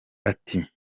ati